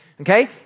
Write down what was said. Okay